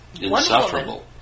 insufferable